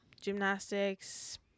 Gymnastics